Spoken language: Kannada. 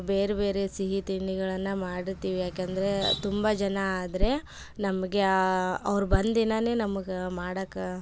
ಬೇರೆ ಬೇರೆ ಸಿಹಿ ತಿಂಡಿಗಳನ್ನು ಮಾಡಿರ್ತೀವಿ ಏಕೆಂದ್ರೆ ತುಂಬ ಜನ ಆದರೆ ನಮಗೆ ಅವ್ರು ಬಂದ ದಿನವೇ ನಮ್ಗೆ ಮಾಡಕ್ಕೆ